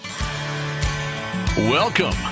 Welcome